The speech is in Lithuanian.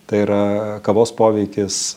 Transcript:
tai yra kavos poveikis